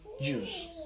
use